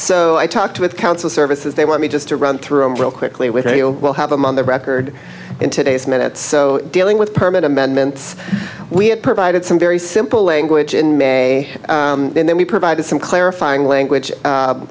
so i talked with council services they want me just to run through real quickly with you we'll have them on the record in today's minute so dealing with permit amendments we have provided some very simple language in may and then we provided some clarifying language